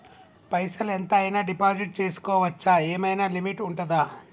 పైసల్ ఎంత అయినా డిపాజిట్ చేస్కోవచ్చా? ఏమైనా లిమిట్ ఉంటదా?